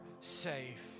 safe